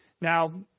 Now